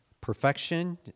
perfection